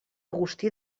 agustí